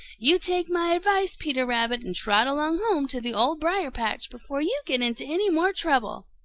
you take my advice, peter rabbit, and trot along home to the old briar-patch before you get into any more trouble.